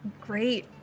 great